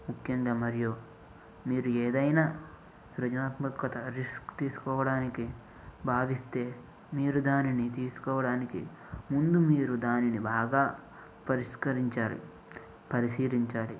ముఖ్యంగా మరియు మీరు ఎదైనా సృజనాత్మకత రిస్క్ తీసుకోడానికి భావిస్తే మీరు దానిని తీసుకోడానికి ముందు మీరు దానిని బాగా పరిష్కరించాలి పరిశీలించాలి